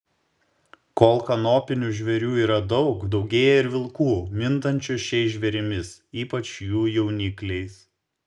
kol kanopinių žvėrių yra daug daugėja ir vilkų mintančių šiais žvėrimis ypač jų jaunikliais